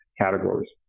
categories